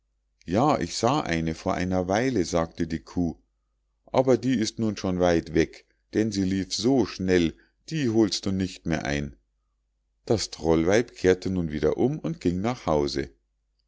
ja ich sah eine vor einer weile sagte die kuh aber die ist nun schon weit weg denn sie lief so schnell die holst du nicht mehr ein das trollweib kehrte nun wieder um und ging nach hause